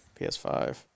PS5